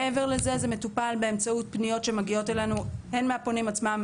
מעבר לזה זה מטופל באמצעות פניות שמגיעות אלינו הן מהפונים עצמם,